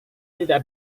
tidak